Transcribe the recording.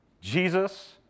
Jesus